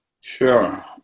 Sure